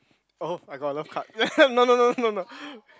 oh I got a love card no no no no no